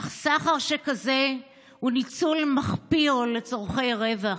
אך סחר שכזה הוא ניצול מחפיר לצורכי רווח.